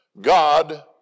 God